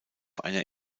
einer